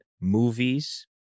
movies